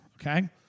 okay